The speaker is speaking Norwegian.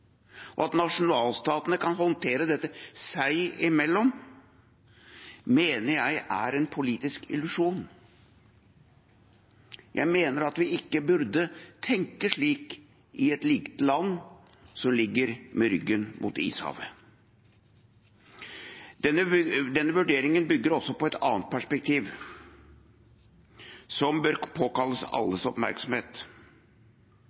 og at nasjonalstatene kan håndtere dette seg imellom, mener jeg er en politisk illusjon. Jeg mener at vi ikke burde tenke slik i et lite land som ligger med ryggen mot Ishavet. Den vurderingen bygger også på et annet perspektiv som